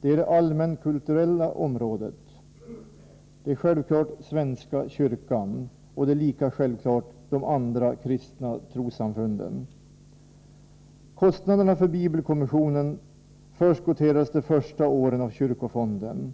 nämligen det allmänkulturella området, självfallet svenska kyrkan och lika självfallet de andra kristna trossamfunden. Medlen för täckande av bibelkommissionens kostnader förskotterades de första åren av kyrkofonden.